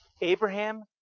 Abraham